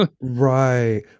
Right